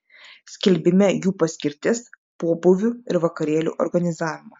skelbime jų paskirtis pobūvių ir vakarėlių organizavimas